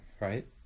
right